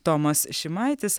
tomas šimaitis